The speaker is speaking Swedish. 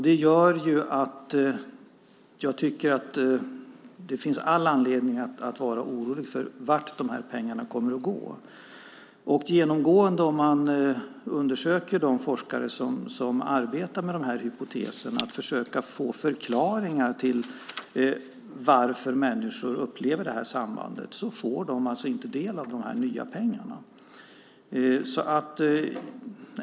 Det gör att jag tycker att det finns all anledning att vara orolig för vart pengarna kommer att gå. Om man undersöker de forskare som arbetar med hypotesen att försöka få förklaringar till att människor upplever sambandet är det genomgående så att de inte får del av de nya pengarna.